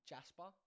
Jasper